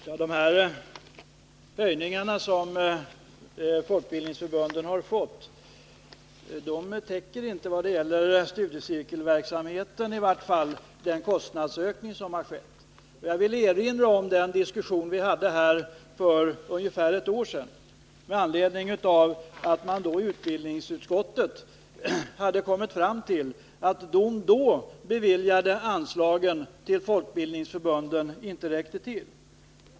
Herr talman! De höjningar som folkbildningsförbunden har fått täcker i vart fall inte när det gäller studiecirkelverksamheten den kostnadsökning som har skett. Jag vill erinra om den diskussion vi hade här för ungefär ett år sedan med anledning av att utbildningsutskottet hade kommit fram till att de då beviljade anslagen till folkbildningsförbunden inte räckte till.